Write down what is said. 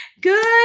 Good